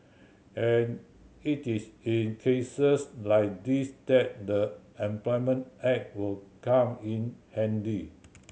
and it is in cases like these that the Employment Act will come in handy